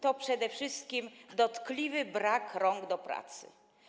To przede wszystkim dotkliwy brak rąk do pracy.